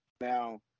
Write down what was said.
Now